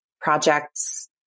projects